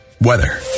weather